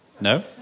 No